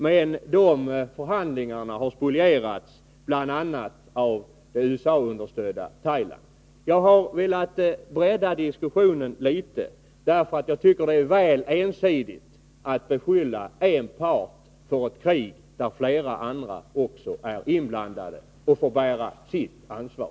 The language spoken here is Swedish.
Men de förhandlingarna har spolierats av det USA-understödda Thailand. Jag har velat bredda diskussionen litet, eftersom jag tycker att det är väl ensidigt att beskylla en part för ett krig, där också flera andra stater är inblandade och får bära sitt ansvar.